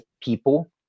people